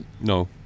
No